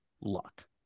luck